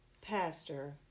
pastor